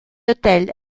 hotel